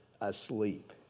asleep